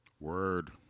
Word